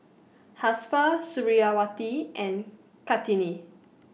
Suriawati and Kartini